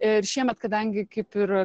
ir šiemet kadangi kaip ir